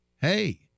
hey